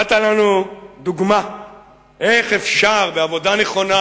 נתת לנו דוגמה איך אפשר בעבודה נכונה